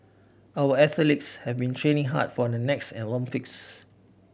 our athletes have been training hard for the next Olympics